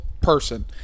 person